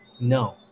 no